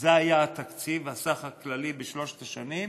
שזה היה התקציב, הסך הכללי בשלוש השנים,